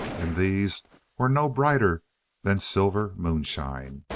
and these were no brighter than silver moonshine,